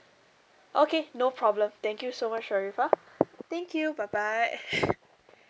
okay no problem thank you so much sharifah thank you bye bye